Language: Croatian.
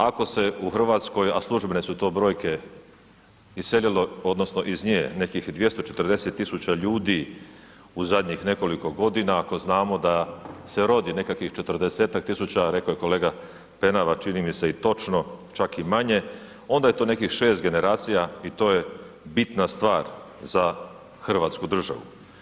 Ako se u RH, a službene su to brojke, iselilo odnosno iz nje nekih 240 000 ljudi u zadnjih nekoliko godina, ako znamo da se rodi nekakvih 40-tak tisuća, rekao je kolega Penava čini mi se i točno čak i manje, onda je to nekih 6 generacija i to je bitna stvar za hrvatsku državu.